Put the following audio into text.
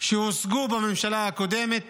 שהושגו בממשלה הקודמת